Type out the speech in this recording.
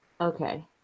Okay